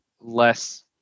less